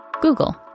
Google